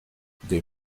des